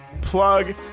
plug